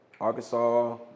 Arkansas